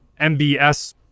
MBS